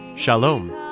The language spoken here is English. Shalom